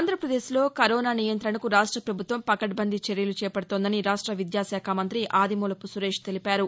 ఆంధ్రప్రదేశ్లో కరోనా నియంత్రణకు రాష్ట ప్రభుత్వం పకడ్బందీ చర్యలు చేపడుతోందని రాష్ట విద్యాశాఖ మంత్రి ఆదిమూలపు సురేష్ తెలిపారు